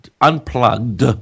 unplugged